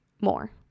more